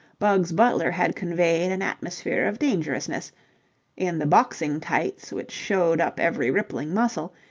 bugs butler had conveyed an atmosphere of dangerousness in the boxing-tights which showed up every rippling muscle,